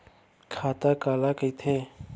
खाता काला कहिथे?